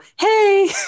hey